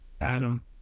Adam